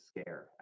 scare